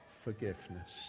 forgiveness